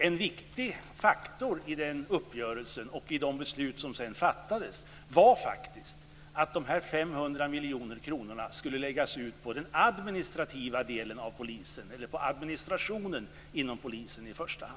En viktig faktor i den uppgörelsen och i de beslut som sedan fattades var faktiskt att de 500 miljoner kronorna i första hand skulle sparas in på administrationen inom polisen.